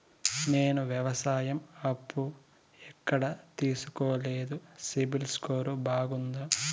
నేను వ్యవసాయం అప్పు ఎక్కడ తీసుకోలేదు, సిబిల్ స్కోరు బాగుందా?